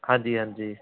ਹਾਂਜੀ ਹਾਂਜੀ